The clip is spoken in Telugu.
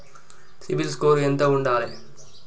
సిబిల్ స్కోరు ఎంత ఉండాలే?